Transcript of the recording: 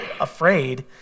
afraid